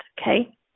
Okay